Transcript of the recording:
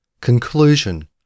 Conclusion